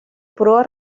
proa